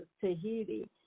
Tahiti